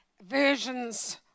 versions